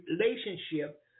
relationship